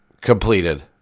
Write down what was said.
Completed